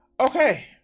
Okay